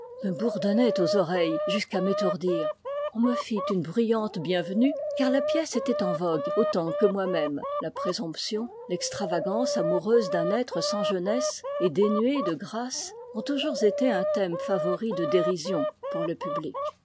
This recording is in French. bourdonnaient aux oreilles jusqu'à m'étourdir on me fit une bruyante bienvenue car la pièce était en vogue autant que moi-même la présomption l'extravagance amoureuse d'un être sans jeunesse et dénué de grâce ont toujours été un thème favori de dérision pour le public